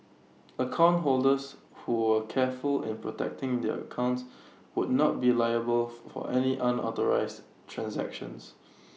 account holders who were careful in protecting their accounts would not be liable for any unauthorised transactions